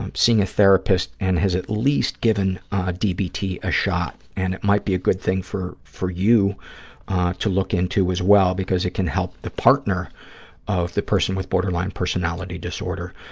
um seeing a therapist and has at least given dbt a shot, and it might be a good thing for for you to look into as well because it can help the partner of the person with borderline personality disorder.